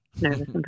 nervous